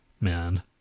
man